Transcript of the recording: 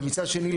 ומצד שני,